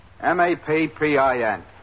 M-A-P-P-I-N